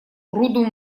груду